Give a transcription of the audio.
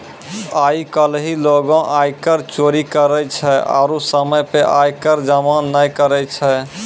आइ काल्हि लोगें आयकर चोरी करै छै आरु समय पे आय कर जमो नै करै छै